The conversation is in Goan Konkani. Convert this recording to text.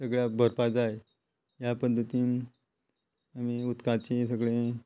सगळ्याक भरपा जाय ह्या पद्दतीन आमी उदकाची सगळे